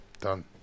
Done